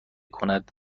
کند